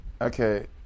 Okay